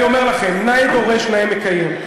אני אומר לכם: נאה דורש נאה מקיים.